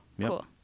Cool